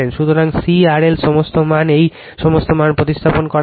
সুতরাং C RL সমস্ত মান এই সমস্ত মান প্রতিস্থাপন করা হয়